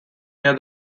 near